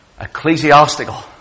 ecclesiastical